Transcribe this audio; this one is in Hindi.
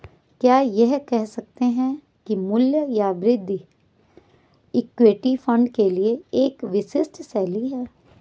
क्या यह कह सकते हैं कि मूल्य या वृद्धि इक्विटी फंड के लिए एक विशिष्ट शैली है?